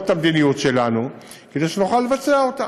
את המדיניות שלנו כדי שנוכל לבצע אותה.